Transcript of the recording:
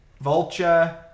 Vulture